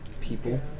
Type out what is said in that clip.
people